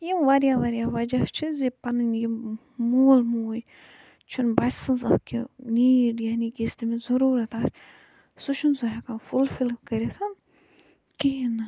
یِم واریاہ واریاہ وَجہَ چھِ زِ پَنٕنۍ یِم مول موج چھُنہٕ بَچہِ سٕنٛز اکھ یہِ نیٖڈ یعنی کہِ یوٚس تٔمِس ضروٗرَت آسہِ سُہ چھُنہٕ سُہ ہیٚکان فُلفِل کٔرِتھ کِہیٖنۍ نہٕ